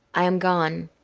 i am gone.